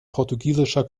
portugiesischer